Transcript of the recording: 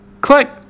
Click